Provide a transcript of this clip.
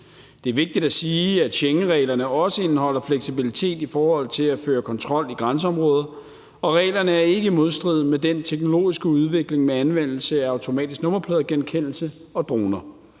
Det er vigtigt at sige, at Schengenreglerne også indeholder fleksibilitet i forhold til at føre kontrol i grænseområdet, og reglerne er ikke i modstrid med den teknologiske udvikling med anvendelse af automatisk nummerpladegenkendelse og droner.